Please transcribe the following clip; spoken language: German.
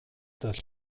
dass